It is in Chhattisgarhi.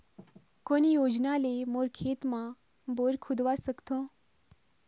कोन योजना ले मोर खेत मा बोर खुदवा सकथों?